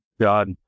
God